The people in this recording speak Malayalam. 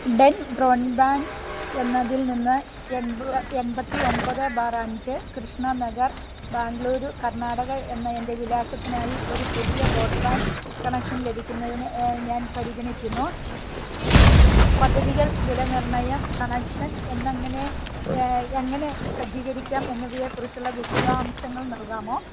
ഡെൻ ബ്രോഡ്ബാൻ്റ് എന്നതിൽ നിന്ന് എൺപത്തി ഒമ്പത് ബാർ അഞ്ച് കൃഷ്ണ നഗർ ബാംഗളൂരു കർണാടക എന്ന എൻ്റെ വിലാസത്തിനായി ഒരു പുതിയ ബ്രോഡ്ബാൻ്റ് കണക്ഷൻ ലഭിക്കുന്നതിന് ഞാൻ പരിഗണിക്കുന്നു പദ്ധതികൾ വിലനിർണ്ണയം കണക്ഷൻ എന്നിങ്ങനെ എങ്ങനെ സജ്ജീകരിക്കാം എന്നിവയെക്കുറിച്ചുള്ള വിശദാംശങ്ങൾ നൽകാമോ